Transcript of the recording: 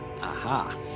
Aha